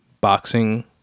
boxing